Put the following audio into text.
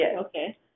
Okay